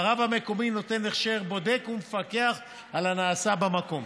והרב המקומי נותן ההכשר בודק ומפקח על הנעשה במקום.